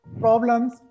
problems